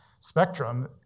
Spectrum